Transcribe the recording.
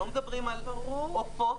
לא מדברים על עופות,